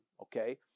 okay